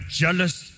jealous